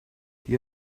die